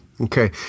Okay